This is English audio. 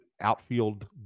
outfield